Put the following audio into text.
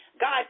God